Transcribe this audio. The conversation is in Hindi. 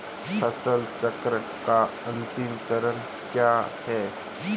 फसल चक्र का अंतिम चरण क्या है?